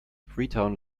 freetown